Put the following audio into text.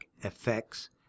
effects